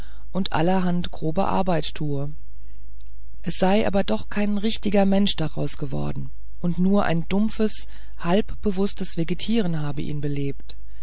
und allerhand grobe arbeit tue es sei aber doch kein richtiger mensch daraus geworden und nur ein dumpfes halbbewußtes vegetieren habe ihn belebt